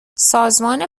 سازمان